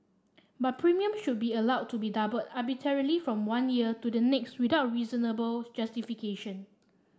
but premium should be allowed to be doubled arbitrarily from one year to the next without reasonable justification